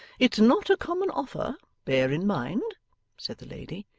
it's not a common offer, bear in mind said the lady,